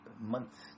months